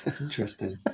interesting